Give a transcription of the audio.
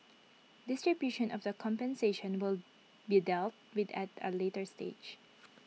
distribution of the compensation will be dealt with at A later stage